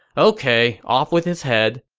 ok, off with his head.